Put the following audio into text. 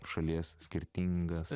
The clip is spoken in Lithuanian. šalies skirtingas